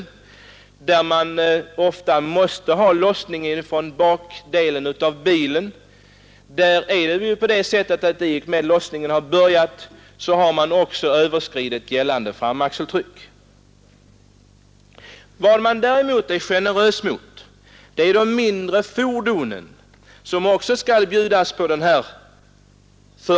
Vid dessa transporter måste godset ofta lossas från baksidan av bilen. Detta medför emellertid att i och med att lossningen börjar så överskrids gällande framaxeltryck. Utskottet visar å andra sidan en ganska generös inställning till de mindre fordonen, som får denna extra förmån om 1 500 kg.